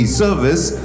service